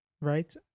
right